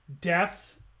death